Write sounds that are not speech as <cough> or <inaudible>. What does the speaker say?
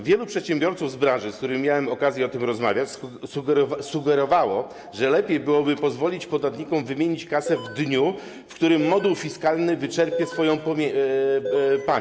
Wielu przedsiębiorców z branży, z którymi miałem okazję o tym rozmawiać, sugerowało, że lepiej byłoby pozwolić podatnikom wymienić kasę <noise> w dniu, w którym moduł fiskalny wyczerpie swoją pamięć.